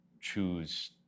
choose